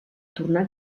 tornar